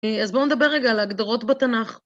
אז בואו נדבר רגע על הגדרות בתנ״ך.